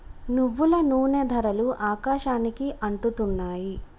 నువ్వుల నూనె ధరలు ఆకాశానికి అంటుతున్నాయి